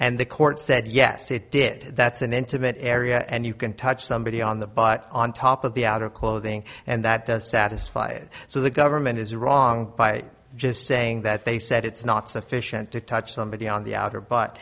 and the court said yes it did that's an intimate area and you can touch somebody on the but on top of the outer clothing and that satisfy it so the government is wrong by just saying that they said it's not sufficient to touch somebody on the outer but